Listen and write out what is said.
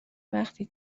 وقتی